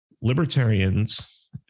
libertarians